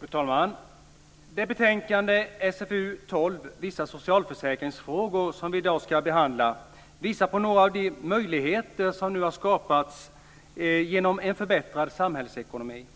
Fru talman! Det betänkande - SfU 12 Vissa socialförsäkringsfrågor - som vi i dag ska behandla visar på några av de möjligheter som nu har skapats genom en förbättrad samhällsekonomi.